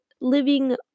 living